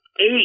eight